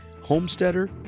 homesteader